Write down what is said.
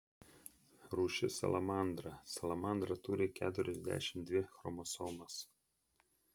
rūšis salamandra salamandra turi keturiasdešimt dvi chromosomas